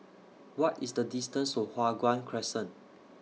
What IS The distance to Hua Guan Crescent